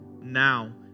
now